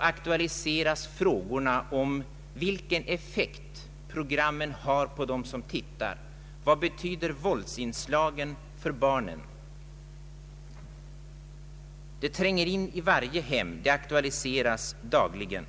aktualiseras t.ex. frågorna om vilken effekt programmen har på dem som tittar och vad våldsinslagen betyder för barnen. Dessa program tränger in i varje hem, och frågorna aktualiseras så gott som dagligen.